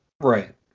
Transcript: Right